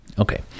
Okay